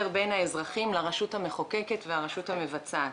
בין האזרחים לרשות המחוקקת והרשות המבצעת,